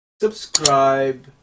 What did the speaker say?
subscribe